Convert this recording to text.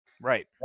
Right